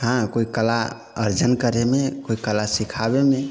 हँ कोइ कला अर्जन करैमे कोइ कला सिखाबैमे